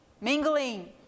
mingling